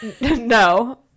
No